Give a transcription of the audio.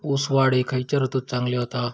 ऊस वाढ ही खयच्या ऋतूत चांगली होता?